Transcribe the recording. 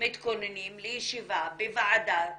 מתכוננים לישיבה בוועדה בכנסת.